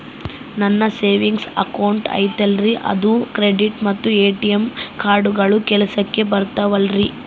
ನನ್ನ savings account ಐತಲ್ರೇ ಅದು ಕ್ರೆಡಿಟ್ ಮತ್ತ ಎ.ಟಿ.ಎಂ ಕಾರ್ಡುಗಳು ಕೆಲಸಕ್ಕೆ ಬರುತ್ತಾವಲ್ರಿ?